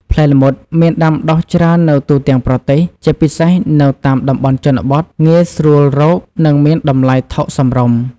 ផ្លែល្មុតមានដាំដុះច្រើននៅទូទាំងប្រទេស ជាពិសេសនៅតាមតំបន់ជនបទ ងាយស្រួលរក និងមានតម្លៃថោកសមរម្យ ។